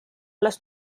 alles